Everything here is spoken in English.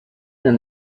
than